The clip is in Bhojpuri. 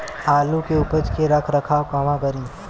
आलू के उपज के रख रखाव कहवा करी?